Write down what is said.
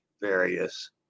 various